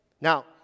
Now